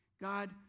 God